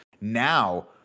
Now